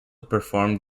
performed